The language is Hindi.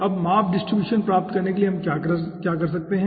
अब माप डिस्ट्रीब्यूशन प्राप्त करने के लिए हम क्या कर सकते हैं